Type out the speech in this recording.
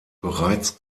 bereits